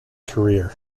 career